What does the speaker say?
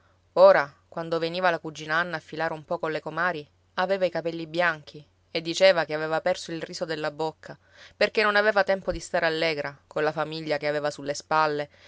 ora quando veniva la cugina anna a filare un po con le comari aveva i capelli bianchi e diceva che aveva perso il riso della bocca perché non aveva tempo di stare allegra colla famiglia che aveva sulle spalle